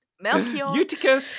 Melchior